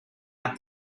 out